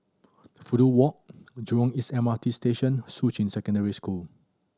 Fudu Walk Jurong East M R T Station Shuqun Secondary School